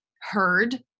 heard